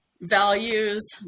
values